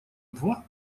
два